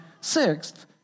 sixth